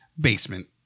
basement